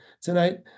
tonight